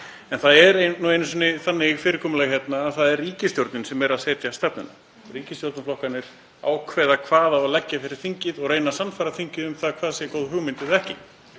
En það er nú einu sinni þannig fyrirkomulag hérna að það er ríkisstjórnin sem setur stefnuna. Ríkisstjórnarflokkarnir ákveða hvað á að leggja fyrir þingið og reyna að sannfæra þingið um hvað sé góð hugmynd og